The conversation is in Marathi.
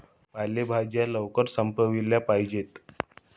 पालेभाज्या लवकर संपविल्या पाहिजेत